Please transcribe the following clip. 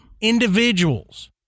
individuals